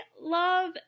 love